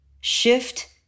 Shift